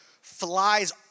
flies